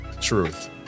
Truth